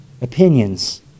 opinions